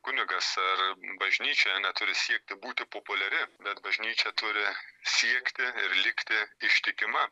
kunigas ar bažnyčia neturi siekti būti populiari bet bažnyčia turi siekti ir likti ištikima